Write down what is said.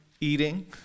eating